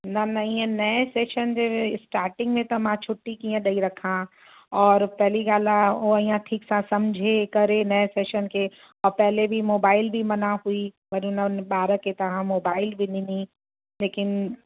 न न ईअं न सेशन जे स्टार्टिंग में त मां छुट्टी कीअं ॾई रखां और पहिरीं ॻाल्हि आहे हूअ ईअं ठीकु सां सम्झे करे नए सेशन खे और पहिरीं बि मोबाइल बि मना हुई वरी हुननि ॿारनि खे तव्हां मोबाइल बि ॾिनी लेकिन